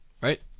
Right